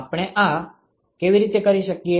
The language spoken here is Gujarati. આપણે આ કેવી રીતે કરીએ